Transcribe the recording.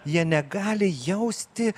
jie negali jausti